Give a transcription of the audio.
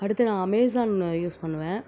அடுத்து நான் Amazon use பண்ணுவேன்